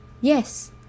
Yes